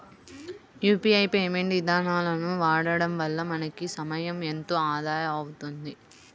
UPI payment ఇదానాలను వాడడం వల్ల మనకి సమయం ఎంతో ఆదా అవుతుంది